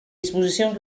disposicions